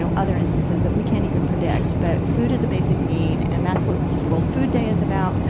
so other instances that we can't even predict. but food is a basic need, and that's what world food day is about.